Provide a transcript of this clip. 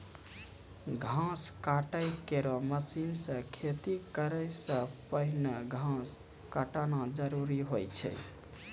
घास काटै केरो मसीन सें खेती करै सें पहिने घास काटना जरूरी होय छै?